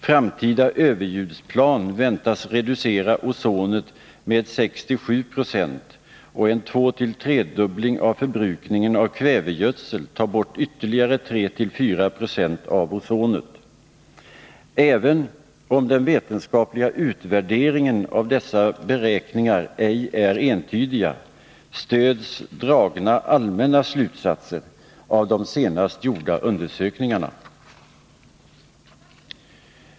Framtida överljudsplan väntas reducera ozonet med 6-7 96, och en tvåtill tredubbling av förbrukningen av kvävegödsel tar bort ytterligare 3-4 96 av ozonet. Även om den vetenskapliga utvärderingen av dessa beräkningar ej är entydig stöds dragna allmänna slutsatser av de senast gjorda undersökningarna inom området.